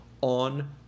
on